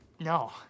no